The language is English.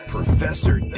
Professor